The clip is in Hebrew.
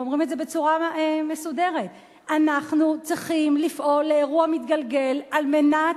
הם אומרים את זה בצורה מסודרת: "אנחנו צריכים לפעול לאירוע מתגלגל על מנת